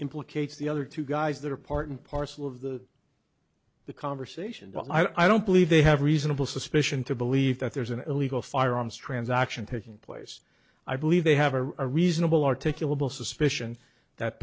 implicates the other two guys that are part and parcel of the the conversation but i don't believe they have reasonable suspicion to believe that there's an illegal firearms transaction taking place i believe they have a reasonable articulable suspicion that